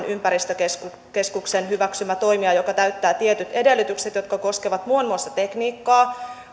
ympäristökeskuksen hyväksymä toimija joka täyttää tietyt edellytykset jotka koskevat muun muassa tekniikkaa